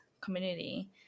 community